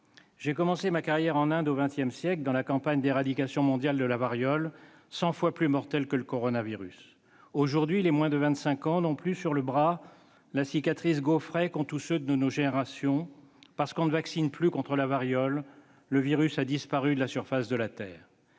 J'ai commencé ma carrière en Inde au XX siècle, au moment de la campagne d'éradication mondiale de la variole, cent fois plus mortelle que le coronavirus. À l'heure actuelle, les moins de 25 ans n'ont plus sur le bras la cicatrice gaufrée qu'ont tous ceux de nos générations, parce qu'on ne vaccine plus contre la variole : le virus a disparu de la surface de la Terre.